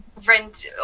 rent